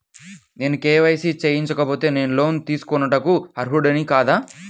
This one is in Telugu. నేను కే.వై.సి చేయించుకోకపోతే నేను లోన్ తీసుకొనుటకు అర్హుడని కాదా?